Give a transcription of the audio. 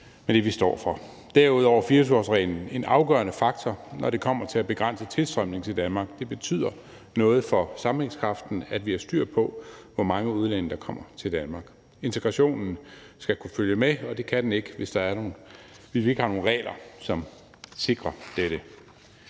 Derudover er 24-årsreglen en afgørende faktor, når det kommer til at begrænse tilstrømningen til Danmark. Det betyder noget for sammenhængskraften, at vi har styr på, hvor mange udlændinge der kommer til Danmark. Integrationen skal kunne følge med, og det kan den ikke, hvis vi ikke har nogle regler, som sikrer dette.